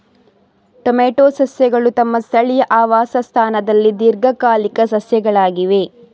tomato ಸಸ್ಯಗಳು ತಮ್ಮ ಸ್ಥಳೀಯ ಆವಾಸ ಸ್ಥಾನದಲ್ಲಿ ದೀರ್ಘಕಾಲಿಕ ಸಸ್ಯಗಳಾಗಿವೆ